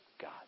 God